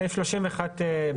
סעיף 31(ב) לחוק יסוד הממשלה.